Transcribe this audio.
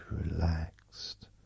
relaxed